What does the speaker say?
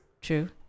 True